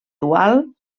dual